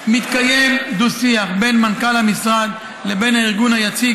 מתקיים דו-שיח בין מנכ"ל המשרד לבין הארגון היציג